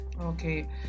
Okay